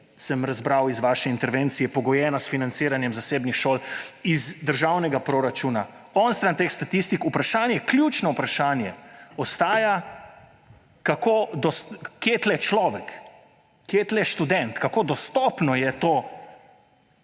sem razbral iz vaše intervencije, pogojeno s financiranjem zasebnih šol iz državnega proračuna. Onstran teh statistik ostaja ključno vprašanje, kje je tukaj človek, kje je tukaj študent, kako dostopno je to